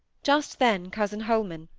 just then cousin holman,